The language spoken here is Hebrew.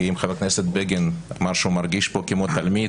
כי אם חבר הכנסת בגין אמר שהוא מרגיש פה כמו תלמיד,